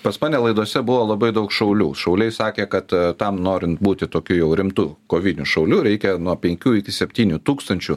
pas mane laidose buvo labai daug šaulių šauliai sakė kad tam norint būti tokiu jau rimtu koviniu šauliu reikia nuo penkių iki septynių tūkstančių